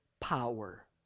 power